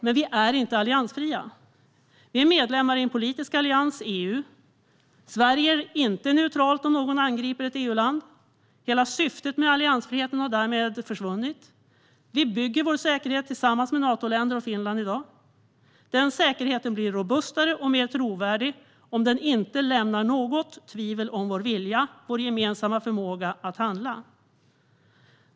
Men vi är inte alliansfria. Vi är medlemmar i en politisk allians - EU. Sverige är inte neutralt om någon angriper ett EU-land. Hela syftet med alliansfriheten har därmed försvunnit. Vi bygger i dag vår säkerhet tillsammans med Natoländer och Finland. Den säkerheten blir robustare och mer trovärdig om den inte lämnar något tvivel om vår vilja och vår gemensamma förmåga att handla.